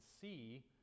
see